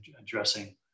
addressing